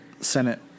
Senate